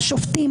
השופטים,